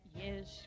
yes